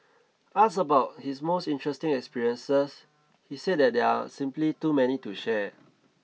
ask about his most interesting experiences he said that there are simply too many to share